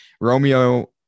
Romeo